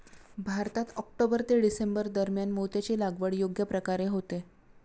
भारतात ऑक्टोबर ते डिसेंबर दरम्यान मोत्याची लागवड योग्य प्रकारे होते